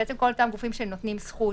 על כל אותם גופים שנותנים זכות,